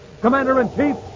commander-in-chief